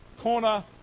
corner